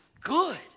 good